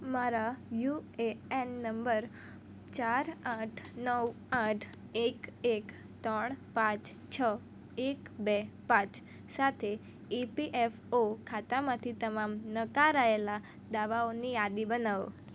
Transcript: મારા U A N number ચાર આઠ નવ આઠ એક એક ત્રણ પાંચ છ એક બે પાંચ સાથે ઇ પી એફ ઓ ખાતામાંથી તમામ નકારાયેલા દાવાઓની યાદી બનાવો